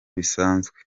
bisanzwe